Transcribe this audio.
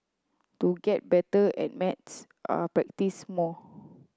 to get better at maths are practise more